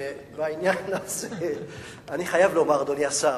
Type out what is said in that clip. בעניין הזה אני חייב לומר, אדוני השר,